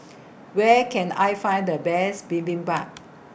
Where Can I Find The Best Bibimbap